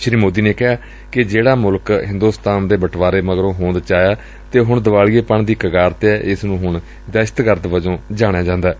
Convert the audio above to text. ਸ੍ਰੀ ਮੋਦੀ ਨੇ ਕਿਹਾ ਕਿ ਜਿਹਤਾ ਮੁਲਕ ਹਿੰਦੋਸਤਾਨ ਦੇ ਬਟਵਾਰੇ ਮਗਰੋਂ ਹੋਂਦ ਚ ਆਇਐ ਤੇ ਹੁਣ ਦੀਵਾਲੀਏਪਣ ਦੀ ਕਗਾਰ ਤੇ ਐ ਤੇ ਇਸ ਨੂੰ ਹੁਣ ਦਹਿਸ਼ਤਗਰਦ ਵਜੋ ਜਣਿਆ ਜਾਂਦੈ